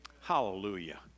Hallelujah